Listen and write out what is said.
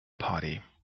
party